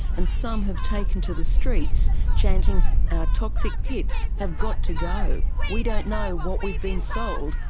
and some have taken to the streets, chanting, our toxic pips have got to go. we don't know what we've been sold.